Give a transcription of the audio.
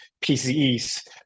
PCEs